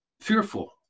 fearful